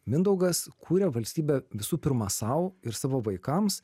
mindaugas kūrė valstybę visų pirma sau ir savo vaikams